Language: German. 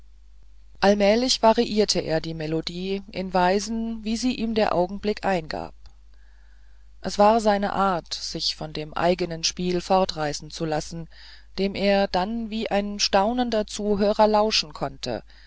allmählich variierte er die melodie in weisen wie sie ihm der augenblick eingab es war seine art sich von dem eigenen spiel mit fortreißen zu lassen dem er dann wie ein staunender zuhörer lauschen konnte